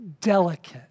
delicate